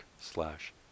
slash